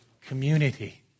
community